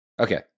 okay